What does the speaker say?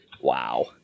wow